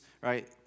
right